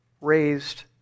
raised